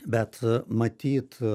bet matyt